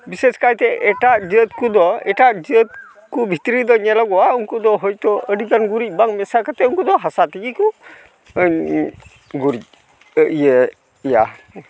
ᱵᱤᱥᱮᱥ ᱠᱟᱭᱛᱮ ᱮᱴᱟᱜ ᱡᱟᱹᱛ ᱠᱚᱫᱚ ᱮᱴᱟᱜ ᱡᱟᱹᱛ ᱠᱚ ᱵᱷᱤᱛᱨᱤ ᱮᱫᱚ ᱧᱮᱞᱚᱜᱚᱜᱼᱟ ᱩᱝᱠᱩ ᱫᱚ ᱦᱳᱭᱛᱳ ᱟᱹᱰᱤᱜᱟᱱ ᱜᱩᱨᱤᱡ ᱵᱟᱝ ᱢᱮᱥᱟ ᱠᱟᱛᱮ ᱩᱱᱠᱩ ᱫᱚ ᱦᱟᱥᱟ ᱛᱮᱜᱤ ᱠᱚ ᱜᱩᱨᱤᱡ ᱤᱭᱟᱹ ᱭᱟ